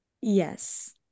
Yes